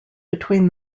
between